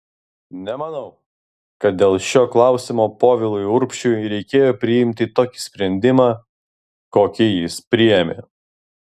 nemanau kad dėl šio klausimo povilui urbšiui reikėjo priimti tokį sprendimą kokį jis priėmė